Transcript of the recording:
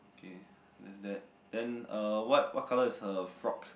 okay that's that then uh what what colour is her frock